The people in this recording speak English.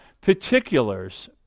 particulars